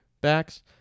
backs